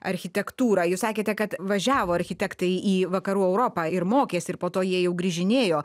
architektūrą jūs sakėte kad važiavo architektai į vakarų europą ir mokėsi ir po to jie jau grįžinėjo